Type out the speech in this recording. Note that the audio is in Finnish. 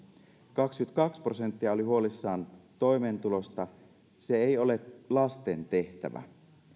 kaksikymmentäkaksi prosenttia oli huolissaan toimeentulosta se ei ole lasten tehtävä